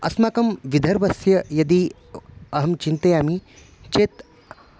अस्माकं विदर्भस्य यदि अहं चिन्तयामि चेत्